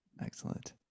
excellent